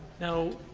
now,